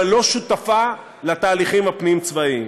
אבל לא שותפות לתהליכים הפנים-צבאיים.